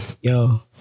Yo